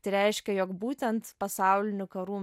tai reiškia jog būtent pasaulinių karų